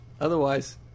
Otherwise